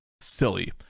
silly